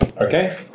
Okay